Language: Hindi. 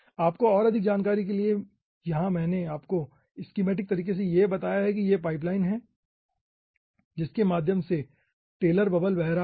आपको और अधिक जानकारी देने के लिए यहां मैंने आपको स्कीमैटिक तरीके से यह बताया है कि यह पाइपलाइन है जिसके माध्यम से टेलर बबल बह रहा है